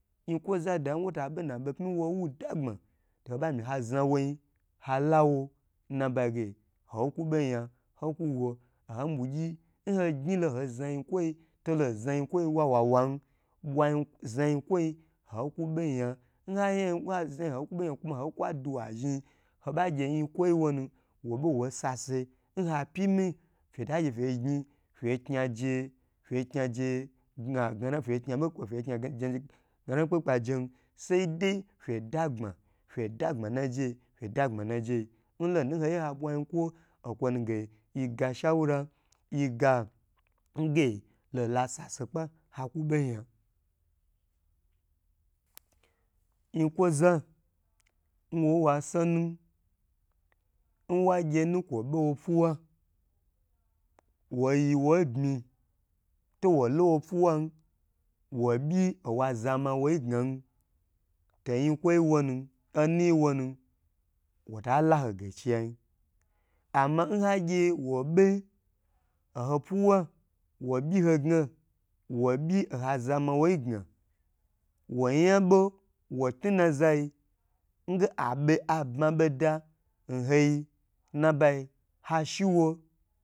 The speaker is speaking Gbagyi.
Yin kwozada nwo tabe na be ku nwowu ngagbma to ho bma haza woyi hala wo ho ku bo yan ho kuwo oho ba gyi nho gni lo ho za yinkwo yin tolo hoza yin kwo yi wa wa wan bwa zan yikwoyi haku bo yan mha zan hokubo yan kuma ho kwaduwa zhn haba gye yin kwoyi wonu who be wo sase nha pyi mi feta gye fe gni fe kni jen agana bo kpagen sai dai fe dagbma fa dagbma na jei fe dagbma najei nkwonu ge nho ge habwa yinkwo yi ga shaura yiga nge lola sase kpa ha ku bo yan yin kwo za nwo ye wa so nu nwagy onu kwo bo wa fuwa wo yiwa bmi towo ba wo fuwan to wo byi owa za mawo yidna to yinkwo yi wo nu onayi wonu wo ta laho nganciyan ama nhagye wobe nho piwo wo byi ohazamaho yi ga wo yan wo tnu na za yi nge abe abma boda nhoi n nabayi hashi wo to hasase shi